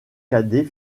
cadet